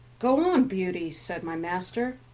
go on, beauty, said my master,